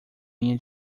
minha